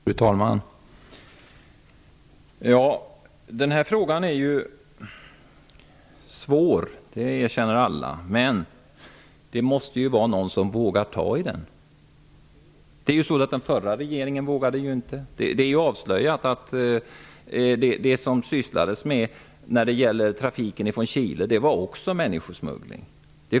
Fru talman! Den här frågan är svår -- det erkänner alla. Men någon måste våga ta i den. Den förra regeringen vågade inte göra det. Det har avslöjats i efterskott att trafiken från Chile också var människosmuggling.